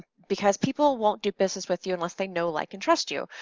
because people won't do business with you unless they know, like and trust you.